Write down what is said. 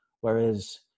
Whereas